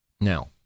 Now